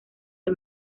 del